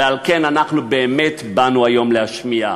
ועל כן אנחנו באנו היום להשמיע: